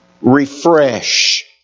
refresh